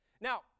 Now